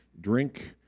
drink